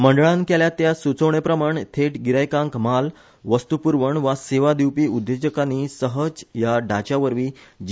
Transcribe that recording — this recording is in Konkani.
मंडळान केल्या ते सूचोवणे प्रमाण थेट गिरायकांक म्हाल वस्त्रप्रवण वा सेवा दिवपी उद्देजकानी सहज ह्या ढाच्यावरवी जि